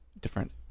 different